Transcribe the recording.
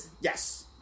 yes